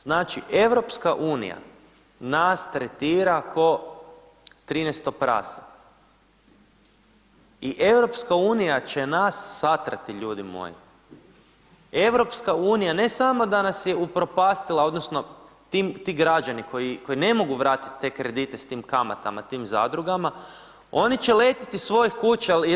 Znači EU nas tretira ko 13 prase i EU će nas satrati ljudi moji, EU ne samo da nas je upropastila odnosno ti građani koji ne mogu vratiti te kredite s tim kamatama tim zadrugama, oni će letit iz svojih kuća.